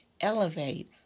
elevate